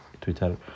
Twitter